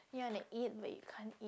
you want to eat but you can't eat